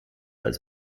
als